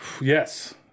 Yes